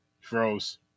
Froze